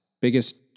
Biggest